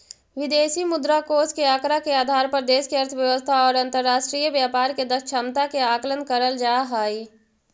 विदेशी मुद्रा कोष के आंकड़ा के आधार पर देश के अर्थव्यवस्था और अंतरराष्ट्रीय व्यापार के क्षमता के आकलन करल जा हई